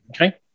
okay